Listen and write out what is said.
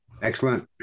Excellent